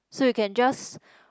so you can just